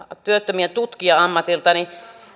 työttömien tutkija ammatiltani